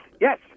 yes